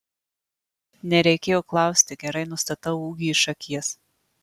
nereikėjo klausti gerai nustatau ūgį iš akies